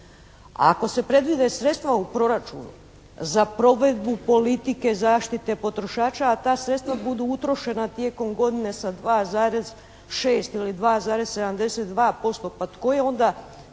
ako se predvide sredstva u proračunu za provedbu politike zaštite potrošača, a ta sredstva budu utrošena tijekom godine sa 2,6 ili 2,72% pa tko je onda